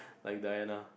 like Diana